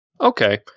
Okay